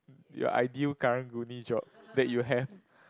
your ideal Karang-Guni job that you have